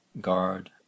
guard